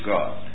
God